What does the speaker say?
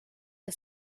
the